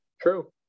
true